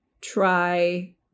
try